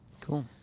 Cool